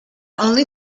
only